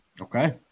Okay